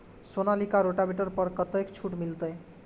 Sonalika rotavator पर कतेक छूट मिलते?